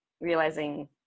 realizing